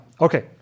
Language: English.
Okay